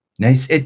Nice